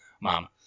mom